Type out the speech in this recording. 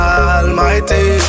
almighty